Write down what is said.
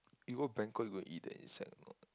you go Bangkok you got eat the insect or not